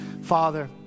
Father